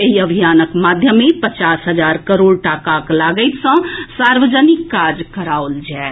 एहि अभियानक माध्यमे पचास हजार करोड़ टाकाक लागति सऽ सार्वजनिक काज कराओल जाएत